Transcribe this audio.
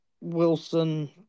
Wilson